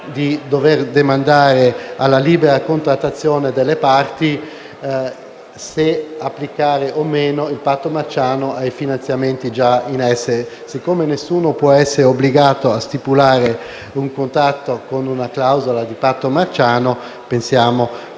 di dover demandare alla libera contrattazione tra le parti la scelta se applicare o no il patto marciano ai finanziamenti già in essere. Siccome nessuno può essere obbligato a stipulare un contratto con una clausola di patto marciano e